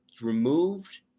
removed